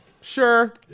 Sure